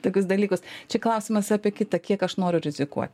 tokius dalykus čia klausimas apie kitą kiek aš noriu rizikuot